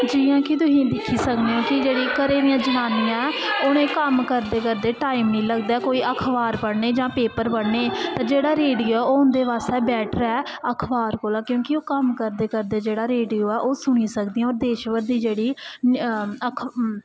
जियां कि तुसीं दिक्खी सकने कि जेह्ड़ी घरै दियां जनानियां न उ'नें कम्म करदे करदे टाइम निं लगदा कोई अखबार पढ़ने गी जां पेपर पढ़ने गी ते जेह्ड़ा रेडियो ऐ ओह् उं'दे बास्तै बैटर ऐ अखबार कोला क्योंकि ओह् कम्म करदे करदे जेह्ड़ा रेडियो ऐ ओह् सुनी सकदियां होर देश भर दी जेह्ड़ी अख